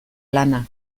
lana